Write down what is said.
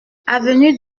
avenue